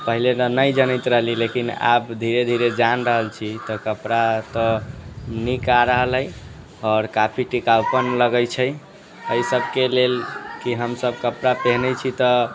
तऽ पहिले तऽ नहि जनैत रहली लेकिन आब धीरे धीरे जानि रहल छी कपड़ा तऽ नीक आ रहल अय आओर काफी टिकाऊपन लगै छै अय सबके लेल की हमसब कपड़ा पहिनै छी तऽ